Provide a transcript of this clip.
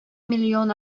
milyon